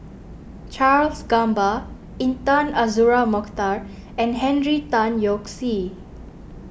Charles Gamba Intan Azura Mokhtar and Henry Tan Yoke See